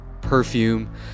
perfume